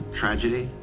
tragedy